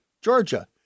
Georgia